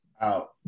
Out